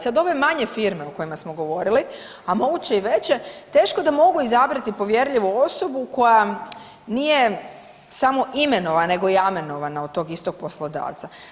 Sad ove manje firme o kojima smo govorili, a moguće i veće, teško da mogu izabrati povjerljivu osobu koja nije samo imenovana, nego je i amenovana od tog istog poslodavca.